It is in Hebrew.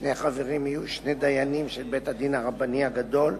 שני חברים יהיו שני דיינים של בית-הדין הרבני הגדול,